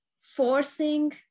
forcing